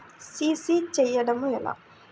CC చేయడము ఎలా?